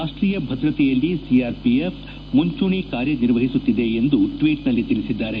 ರಾಷ್ಷೀಯ ಭದ್ರತೆಯಲ್ಲಿ ಸಿಆರ್ಪಿಎಫ್ ಮುಂಚೂಣಿ ಕಾರ್ಯ ನಿರ್ವಹಿಸುತ್ತಿದೆ ಎಂದು ಅವರು ಟ್ನೀಟ್ನಲ್ಲಿ ತಿಳಿಸಿದ್ದಾರೆ